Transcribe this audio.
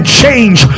change